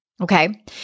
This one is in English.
Okay